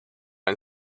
and